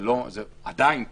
זה עדיין פה,